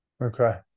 okay